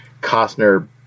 Costner